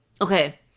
Okay